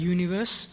Universe